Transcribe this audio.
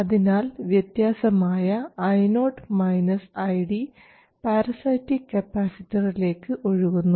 അതിനാൽ വ്യത്യാസമായ പാരസൈറ്റിക് കപ്പാസിറ്ററിലേക്ക് ഒഴുകുന്നു